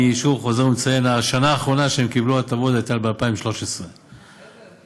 אני שוב חוזר ומציין: השנה האחרונה שהם קיבלו הטבות הייתה 2013. בסדר,